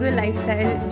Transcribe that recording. lifestyle